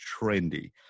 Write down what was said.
trendy